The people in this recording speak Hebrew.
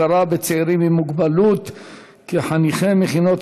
הכרה בצעירים עם מוגבלות כחניכי מכינות),